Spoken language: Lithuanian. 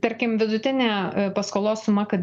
tarkim vidutinė paskolos suma kad